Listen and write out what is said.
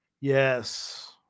Yes